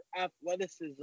athleticism